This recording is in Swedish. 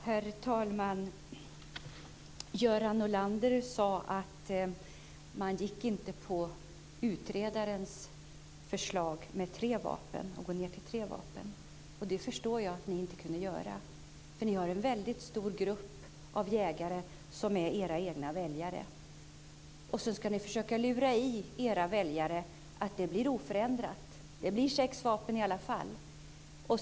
Herr talman! Göran Norlander sade att man inte följde utredarens förslag om att gå ned till tre vapen. Det förstår jag att ni inte kunde göra, för ni har en väldigt stor grupp jägare som är era egna väljare. Så ska ni försöka lura i era väljare att det blir oförändrat, att det blir sex vapen i alla fall.